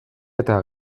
eta